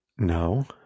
No